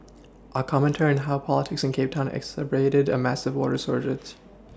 a commentary on how politics in Cape town exacerbated a massive water shortage